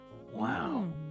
Wow